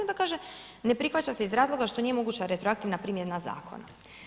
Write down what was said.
I onda kaže, ne prihvaća se iz razloga što nije moguća retroaktivna primjena zakona.